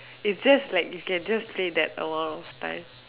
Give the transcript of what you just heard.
is just like you can just say that a lot of times